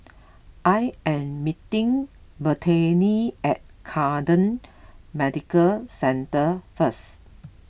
I am meeting Brittanie at Camden Medical Centre first